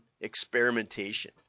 experimentation